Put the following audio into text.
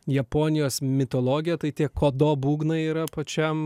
japonijos mitologiją tai tie kodo būgnai yra pačiam